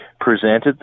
presented